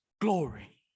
glory